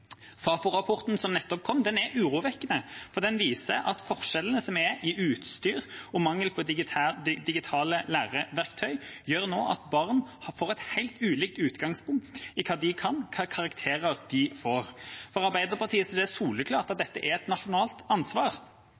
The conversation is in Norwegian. Fafo-rapporten som nettopp kom, er urovekkende, for den viser at forskjellene i utstyr og mangelen på digitale læreverktøy nå gjør at barn får et helt ulikt utgangspunkt når det gjelder hva de kan, og hvilke karakterer de får. For Arbeiderpartiet er det soleklart at dette er et nasjonalt ansvar.